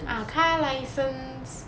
ah car license